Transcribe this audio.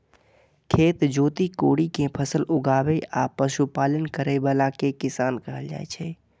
खेत जोति कोड़ि कें फसल उगाबै आ पशुपालन करै बला कें किसान कहल जाइ छै